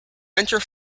venture